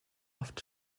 oft